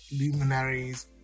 luminaries